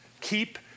Keep